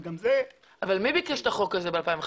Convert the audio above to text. וגם זה --- אתם ביקשתם את החוק הזה ב-2015?